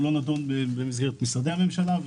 הוא לא נדון במסגרת משרדי הממשלה,